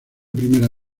primera